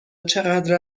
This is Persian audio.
چقدر